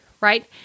right